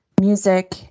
music